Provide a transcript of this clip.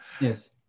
Yes